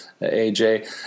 AJ